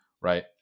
right